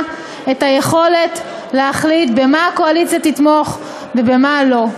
את היכולת להחליט במה הקואליציה תתמוך ובמה לא.